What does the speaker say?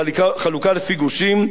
חלוקה לפי גושים,